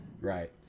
Right